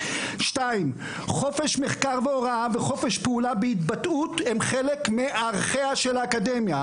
חופש פעולה בהתבטאות הם חלק מערכיה של האקדמיה.